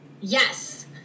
Yes